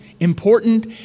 Important